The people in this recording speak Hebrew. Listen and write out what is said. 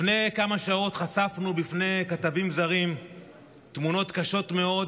לפני כמה שעות חשפנו בפני כתבים זרים תמונות קשות מאוד